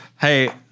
Hey